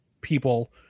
people